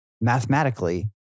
mathematically